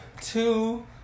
Two